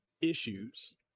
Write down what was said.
issues